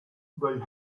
they